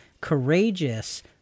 courageous